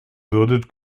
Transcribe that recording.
würdet